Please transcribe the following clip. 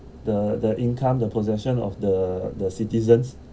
the the income the possession of the the citizens